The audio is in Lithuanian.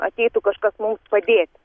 ateitų kažkas mum padėt